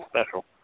special